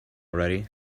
ready